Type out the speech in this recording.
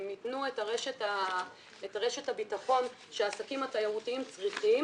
הן ייתנו את רשת הביטחון שהעסקים התיירותיים צריכים